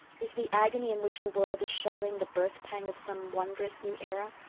is the agony in which the world is shuddering the birth-pang of some wondrous new era?